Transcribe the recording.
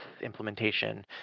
implementation